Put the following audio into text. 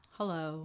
Hello